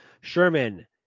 Sherman